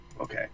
Okay